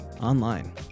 online